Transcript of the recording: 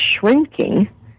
shrinking